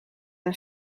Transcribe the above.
een